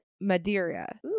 Madeira